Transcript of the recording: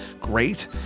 great